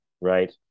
right